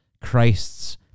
Christ's